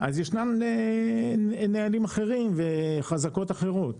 יש נהלים אחרים וחזקות אחרות.